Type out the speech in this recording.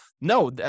no